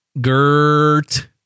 Gert